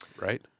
right